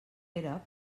era